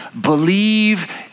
believe